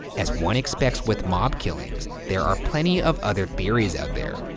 as one expects with mob killings, there are plenty of other theories out there,